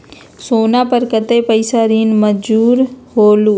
सोना पर कतेक पैसा ऋण मंजूर होलहु?